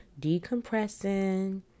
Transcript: decompressing